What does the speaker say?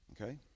Okay